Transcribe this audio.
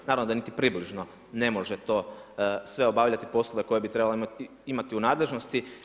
Naravno da niti približno ne može to sve obavljati poslove koje bi trebao imati u nadležnosti.